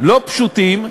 לא פשוטים,